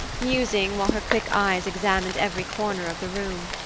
musing, while her quick eyes examined every corner of the room.